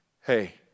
Hey